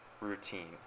routine